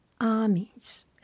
armies